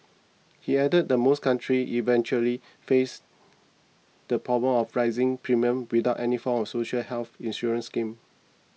he added that most countries eventually face the problem of rising premiums without any form of social health insurance scheme